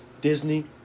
Disney